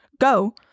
go